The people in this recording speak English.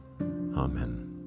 Amen